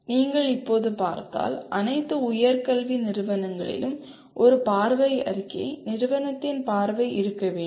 நீங்கள் இப்போது பார்த்தால் அனைத்து உயர்கல்வி நிறுவனங்களிலும் ஒரு பார்வை அறிக்கை நிறுவனத்தின் பார்வை இருக்க வேண்டும்